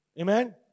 Amen